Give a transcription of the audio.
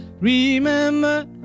Remember